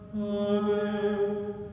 Amen